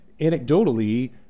anecdotally